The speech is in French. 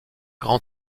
grand